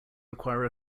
require